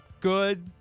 Good